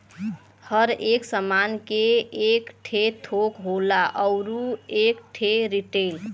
हर एक सामान के एक ठे थोक होला अउर एक ठे रीटेल